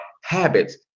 habits